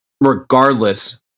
regardless